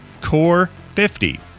core50